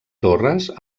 torres